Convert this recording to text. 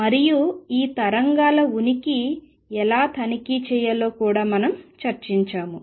మరియు ఈ తరంగాల ఉనికిని ఎలా తనిఖీ చేయాలో కూడా మనం చర్చించాము